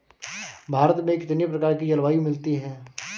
भारत में कितनी प्रकार की जलवायु मिलती है?